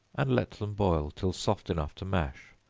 and let them boil till soft enough to mash,